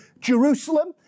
Jerusalem